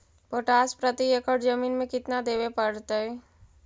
Potash प्रति एकड़ जमीन में केतना देबे पड़तै?